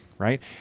right